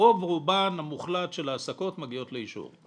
רוב רובן המוחלט של העסקות מגיעות לאישור.